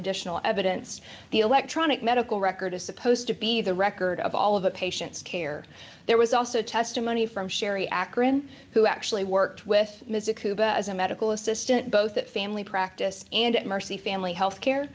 additional evidence the electronic medical record is supposed to be the record of all of a patient's care there was also testimony from sherry akron who actually worked with mr cooper as a medical assistant both at family practice and at mercy family health care